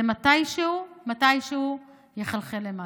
זה מתישהו, מתישהו יחלחל למטה.